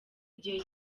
igihe